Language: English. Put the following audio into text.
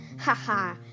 Haha